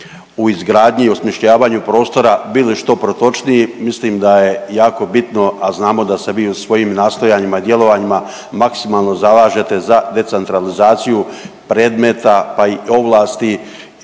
u izgradnji i osmišljavanju prostora bili što protočniji mislim da je jako bitno, a znamo da se vi u svojim nastojanjima i djelovanjima maksimalno zalažete za decentralizaciju predmeta pa i ovlasti